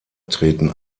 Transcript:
treten